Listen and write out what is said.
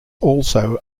also